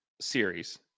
series